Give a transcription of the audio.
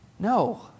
No